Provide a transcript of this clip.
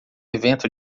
evento